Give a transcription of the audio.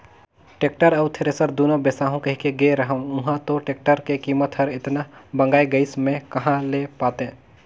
tractor अउ thresher दुनो बिसाहू कहिके गे रेहेंव उंहा तो टेक्टर के कीमत हर एतना भंगाए गइस में कहा ले पातें